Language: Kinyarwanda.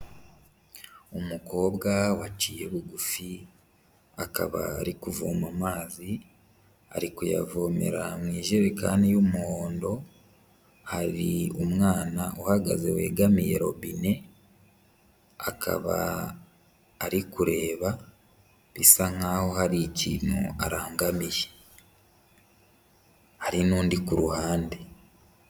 Umukobwa waciye bugufi, akaba ari kuvoma amavi, ari kuyavomera mu ijerekani y'umuhondo, hari umwana uhagaze wegamiye robine, akaba arikureba bisa nkaho hari ikintu arangamiye, hari n'undi ku ruhande.